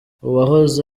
uwahoze